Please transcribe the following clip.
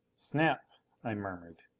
snap i murmured.